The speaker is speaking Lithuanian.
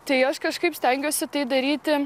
tai aš kažkaip stengiuosi tai daryti